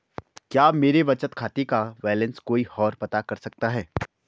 क्या मेरे बचत खाते का बैलेंस कोई ओर पता कर सकता है?